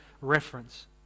reference